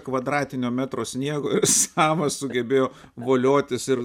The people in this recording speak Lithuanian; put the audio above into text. kvadratinio metro sniego savas sugebėjo voliotis ir